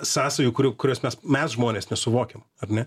sąsajų kurių kuriuos mes mes žmonės nesuvokiam ar ne